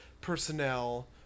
personnel